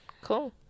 Cool